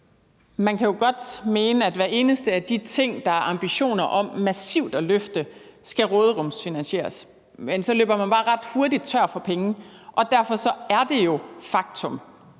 Man kan jo godt mene, at hver eneste af de ting, der er ambitioner om massivt at løfte, skal råderumsfinansieres, men så løber man bare ret hurtigt tør for penge. Derfor er det jo et faktum